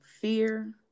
fear